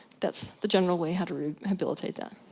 that's the general way how to rehabilitate that.